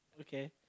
Okay